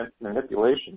manipulation